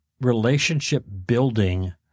relationship-building—